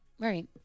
Right